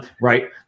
Right